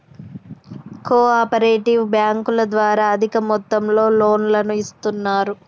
co operative బ్యాంకుల ద్వారా అధిక మొత్తంలో లోన్లను ఇస్తున్నరు